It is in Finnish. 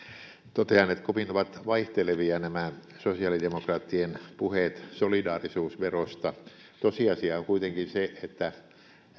totean että kovin ovat vaihtelevia nämä sosiaalidemokraattien puheet solidaarisuusverosta tosiasia on kuitenkin se että